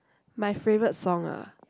my favourite song ah